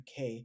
UK